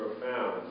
profound